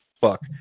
fuck